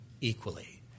equally